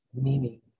meaning